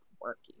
working